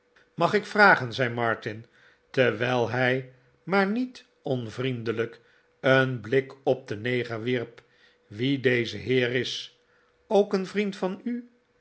mag ik vragen zei martin terwijl hij maar niet on vriend el ijk en blik op den neger wierp wie deze heer is ook een vriend van u